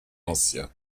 ancien